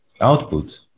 output